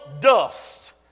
dust